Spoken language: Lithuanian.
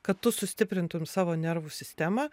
kad tu sustiprintum savo nervų sistemą